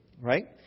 Right